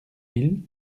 mille